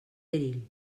perill